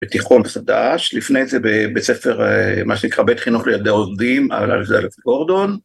בתיכון חדש לפני זה בית ספר מה שנקרא בית חינוך לילדי עובדים א ד גורדון.